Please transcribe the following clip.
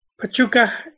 Pachuca